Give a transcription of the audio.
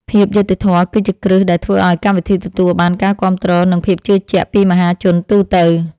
ភាពយុត្តិធម៌គឺជាគ្រឹះដែលធ្វើឱ្យកម្មវិធីទទួលបានការគាំទ្រ និង ភាពជឿជាក់ពីមហាជនទូទៅ។